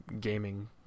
Gaming